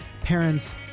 parents